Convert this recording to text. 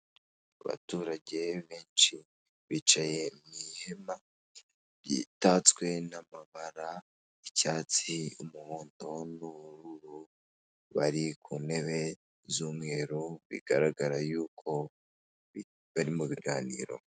Abaturage benshi bicaye mu ihema ryitatswe n'amabara y'icyatsi, umuhondo n'ubururu bari ku ntebe z'umweru bigaragara y'uko bari mu biganiro.